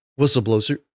Whistleblower